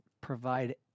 provide